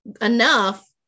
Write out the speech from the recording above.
enough